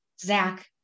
Zach